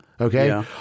Okay